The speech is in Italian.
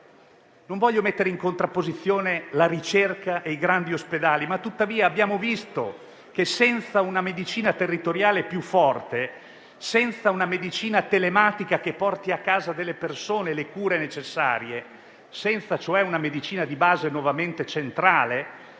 Non voglio mettere in contrapposizione la ricerca dei grandi ospedali, ma abbiamo visto che, senza una medicina territoriale più forte; senza una medicina telematica che porti a casa delle persone le cure necessarie; senza una medicina di base nuovamente centrale,